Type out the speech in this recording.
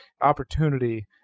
opportunity